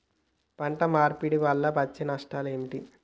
పంట మార్పిడి వల్ల వచ్చే నష్టాలు ఏమిటి?